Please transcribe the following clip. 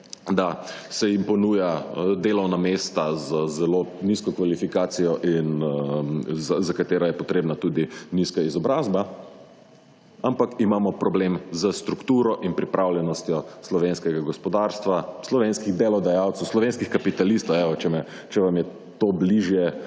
da se jim ponuja delovna mesta z zelo nizko kvalifikacijo, za katera je potrebna tudi nizka izobrazba, ampak imamo problem s strukturo in pripravljenostjo slovenskega gospodarstva, slovenskih delodajalcev, slovenskih kapitalistov, evo, če vam je to bližje